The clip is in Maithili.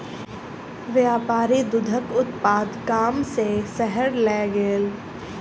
व्यापारी दूधक उत्पाद गाम सॅ शहर लय गेल